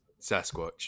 Sasquatch